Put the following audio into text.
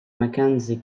mackenzie